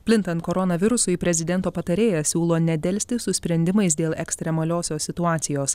plintant koronavirusui prezidento patarėjas siūlo nedelsti su sprendimais dėl ekstremaliosios situacijos